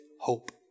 hope